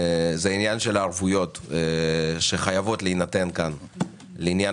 עניין הערבויות שחייבות להינתן כאן לעניין